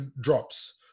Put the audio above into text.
drops